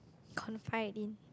confide in